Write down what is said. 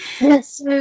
Yes